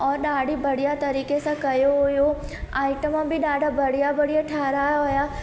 औरि ॾाढी बढ़िया तरीक़े सां कयो हुओ आइटम बि ॾाढा बढ़िया बढ़िया ठाहिराया हुआ